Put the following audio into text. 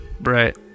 right